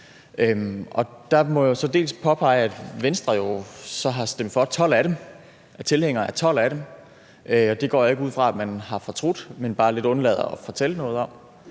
Der må jeg så påpege, at Venstre jo så har stemt for de 12 af dem og er tilhængere af 12 af dem, og det går jeg ikke ud fra at man har fortrudt, men bare lidt undlader at fortælle noget om.